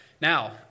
Now